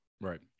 Right